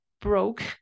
broke